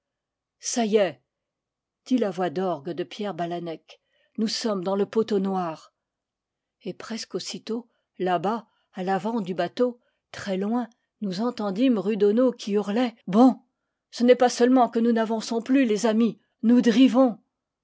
ça y est dit la voix d'orgue de pierre balance nous sommes dans le pot au noir et presque aussitôt là-bas à l'avant du bateau très loin nous entendîmes rudono qui hurlait bon ce n'est pas seulement que nous n'avançons plus les amis nous drivons